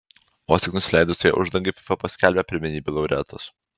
vos tik nusileidus jo uždangai fifa paskelbė pirmenybių laureatus